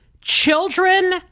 children